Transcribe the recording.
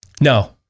no